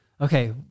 Okay